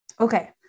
Okay